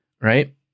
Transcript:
Right